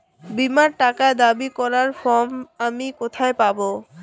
বীমার টাকা দাবি করার ফর্ম আমি কোথায় পাব?